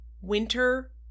winter